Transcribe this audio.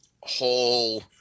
whole